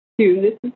two